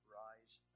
rise